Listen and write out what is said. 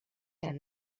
and